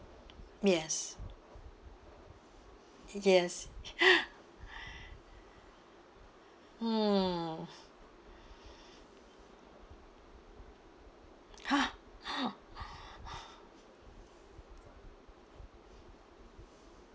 yes yes mm !huh!